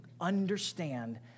understand